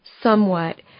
somewhat